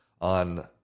on